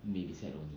they decide only